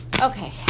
okay